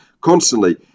Constantly